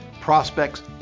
prospects